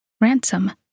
Ransom